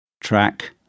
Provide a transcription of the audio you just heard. Track